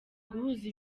guhuza